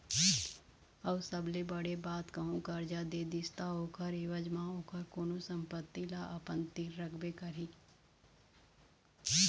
अऊ सबले बड़े बात कहूँ करजा दे दिस ता ओखर ऐवज म ओखर कोनो संपत्ति ल अपन तीर रखबे करही